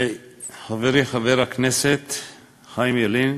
חברי, חבר הכנסת חיים ילין,